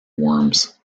worms